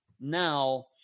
now